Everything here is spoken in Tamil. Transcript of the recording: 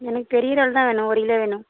எனக்கு பெரிய இறால் தான் வேணும் ஒரு கிலோ வேணும்